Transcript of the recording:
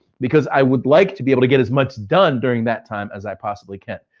because i would like to be able to get as much done during that time as i possibly can.